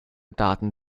daten